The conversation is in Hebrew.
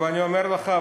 אני אומר לך,